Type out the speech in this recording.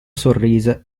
sorrise